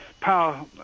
power